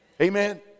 Amen